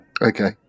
Okay